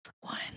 one